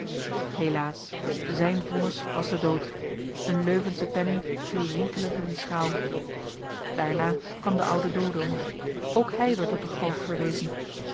helaas zijn vonnis was de dood een leuvensche penning viel rinkelend in de schaal daarna kwam de oude dodo ook hij werd tot de galg verwezen